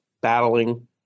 battling